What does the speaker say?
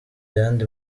ayandi